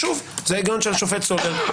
זה ההיגיון של השופט סולברג,